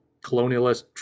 colonialist